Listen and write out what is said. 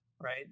right